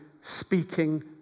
speaking